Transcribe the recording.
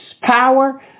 Power